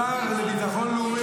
השר לביטחון לאומי,